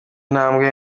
ntambwe